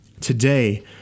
today